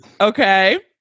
Okay